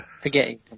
forgetting